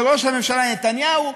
וראש הממשלה נתניהו,